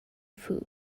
foo